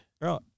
Right